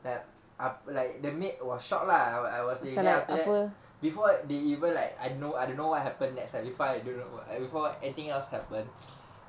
like ah like the maid was shocked lah when I was in then after that before they even like I don't know I don't know what happen there that's why I don't and before anything else happen